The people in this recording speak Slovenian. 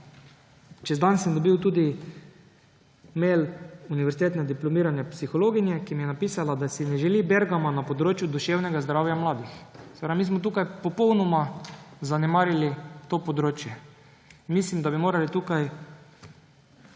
Čez dan sem dobil tudi mail univerzitetne diplomirane psihologinje, ki mi je napisala, da si ne želi Bergama na področju duševnega zdravja mladih. Se pravi, mi smo tukaj popolnoma zanemarili to področje. Mislim, da bi morali tukaj